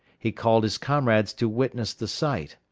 he called his comrades to witness the sight.